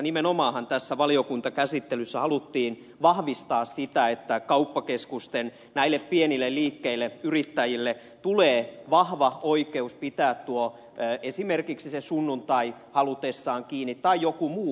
nimenomaanhan tässä valiokuntakäsittelyssä haluttiin vahvistaa sitä että näille kauppakeskusten pienille liikkeille yrittäjille tulee vahva oikeus pitää esimerkiksi se sunnuntai halutessaan kiinni tai joku muu päivä